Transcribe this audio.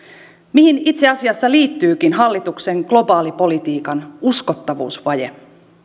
mihin itse asiassa liittyykin hallituksen globaalipolitiikan uskottavuusvaje